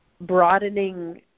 broadening